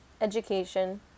education